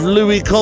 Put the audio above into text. Louis